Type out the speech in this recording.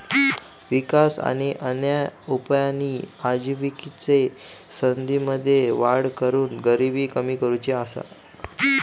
विकास आणि अन्य उपायांनी आजिविकेच्या संधींमध्ये वाढ करून गरिबी कमी करुची हा